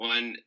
One –